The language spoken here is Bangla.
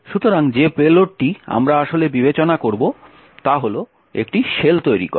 সুতরাং যে পেলোডটি আমরা আসলে বিবেচনা করব তা হল একটি শেল তৈরি করা